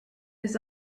his